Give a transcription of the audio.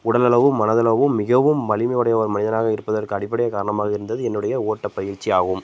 உடலளவும் மனதளவும் மிகவும் வலிமையுடைய ஒரு மனிதனாக இருப்பதற்கு அடிப்படை காரணமாக இருந்தது என்னுடைய ஓட்ட பயிற்சி ஆகும்